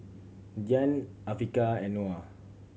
Dian Afiqah and Noah